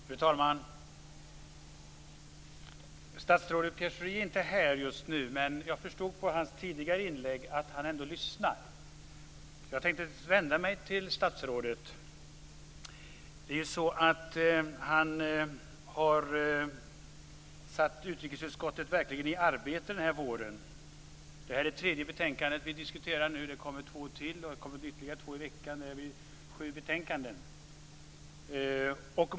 Fru talman! Statsrådet Pierre Schori är inte här just nu, men jag förstod av hans tidigare inlägg att han ändå lyssnar. Jag tänkte därför vända mig till statsrådet. Han har verkligen satt utrikesutskottet i arbete den här våren. Det här är det tredje betänkande vi diskuterar; det kommer två till efteråt och ytterligare två i veckan. Det blir sju betänkanden.